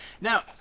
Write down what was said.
now